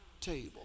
table